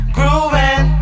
Grooving